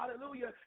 Hallelujah